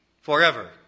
forever